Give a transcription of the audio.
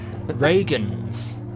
Reagan's